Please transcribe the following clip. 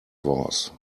force